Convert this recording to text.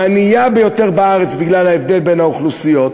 הענייה ביותר בארץ בגלל ההבדל בין האוכלוסיות,